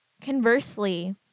conversely